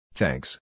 Thanks